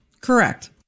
correct